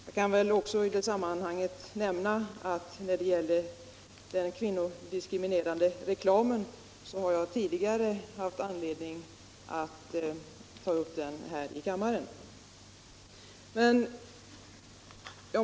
Jag kan när det gäller den kvinnodiskriminerande reklamen nämna att jag tidigare har haft anledning att ta upp denna här i kammaren.